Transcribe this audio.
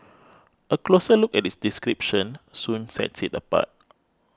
a closer look at its description soon sets it apart